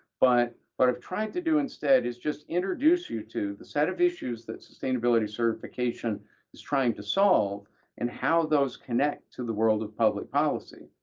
sort of tried to do instead is just introduce you to the set of issue that sustainability certification is trying to solve and how those connect to the world of public policy.